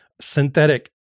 synthetic